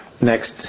next